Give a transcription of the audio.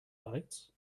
lights